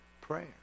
prayer